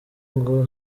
ngo